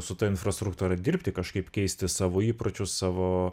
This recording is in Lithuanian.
su ta infrastruktūra dirbti kažkaip keisti savo įpročius savo